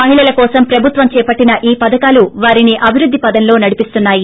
మహిళల కోసం ప్రభుత్వం చేపట్టిన ఈ పధకాలు వారిని అభివృద్ది పధం లో నడిపిస్తున్నాయి